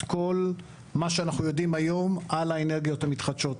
כל מה שאנחנו יודעים היום על האנרגיות המתחדשות.